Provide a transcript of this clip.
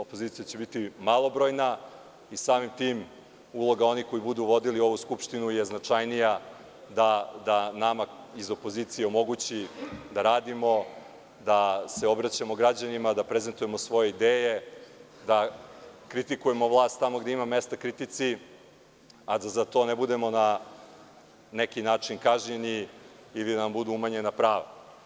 Opozicija će biti malobrojna i samim tim uloga onih koji budu vodili ovu skupštinu je značajnija da nama iz opozicije omogući da radimo, dase obraćamo građanima, da prezentujemo svoje ideje, da kritikujemo vlast tamo gde ima mesta kritici, a da za to ne budemo na neki način kažnjeni ili nam budu umanjena prava.